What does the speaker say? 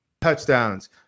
touchdowns